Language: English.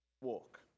walk